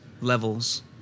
levels